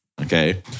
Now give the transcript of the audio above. Okay